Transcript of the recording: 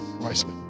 wisely